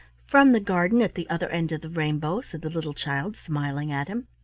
from the garden at the other end of the rainbow, said the little child, smiling at him.